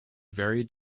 very